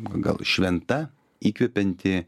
gal šventa įkvepianti